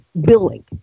billing